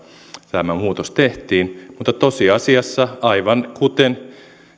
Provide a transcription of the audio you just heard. tämä muutos tehtiin mutta tosiasiassa aivan kuten